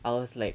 I was like